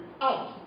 Out